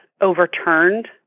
overturned